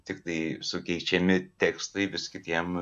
tiktai sukeičiami tekstai vis kitiem